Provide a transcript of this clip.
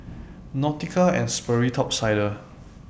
Nautica and Sperry Top Sider